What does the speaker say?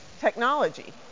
technology